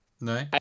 No